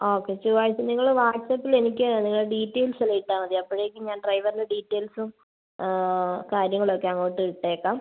okay ചൊവ്വാഴ്ച നിങ്ങള് വാട്ട്പ്പിസപ്പിൽ എനിക്ക് നിങ്ങളുടെ ഡീറ്റെയിൽസ് ഒന്ന് ഇട്ടാൽ മതി അപ്പോഴേക്കും ഞാൻ ഡ്രൈവറിന് ഡീറ്റെയിൽസും കാര്യങ്ങളൊക്കെ അങ്ങോട്ട് ഇട്ടേക്കാം